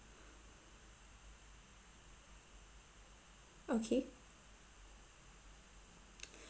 okay